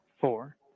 four